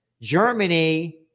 Germany